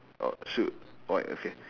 uh shoot white okay